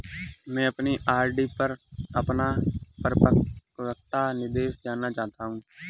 मैं अपनी आर.डी पर अपना परिपक्वता निर्देश जानना चाहता हूँ